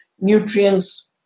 nutrients